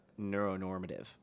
neuronormative